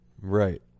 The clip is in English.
Right